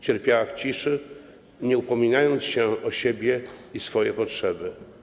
Cierpiała w ciszy, nie upominając się o siebie ani o swoje potrzeby.